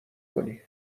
کنی